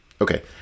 Okay